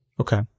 Okay